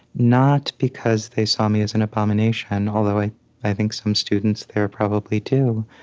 not because they saw me as an abomination, although i i think some students there probably do,